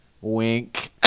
Wink